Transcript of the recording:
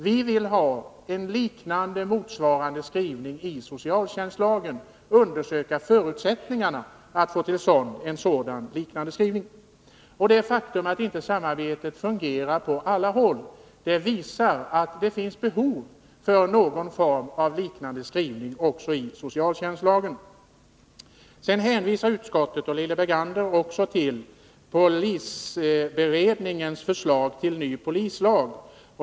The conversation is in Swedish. Vi vill ha en motsvarande skrivning i socialtjänstlagen och vill därför undersöka förutsättningarna att få till stånd en sådan. Det faktum att samarbetet inte fungerar på alla håll visar att det finns behov av någon liknande skrivning också i socialtjänstlagen. Sedan hänvisar både utskottet och Lilly Bergander till polisberedningens förslag till ny polislag.